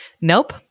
Nope